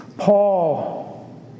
Paul